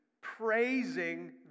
praising